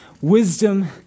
Wisdom